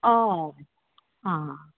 हय आ हा